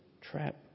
trap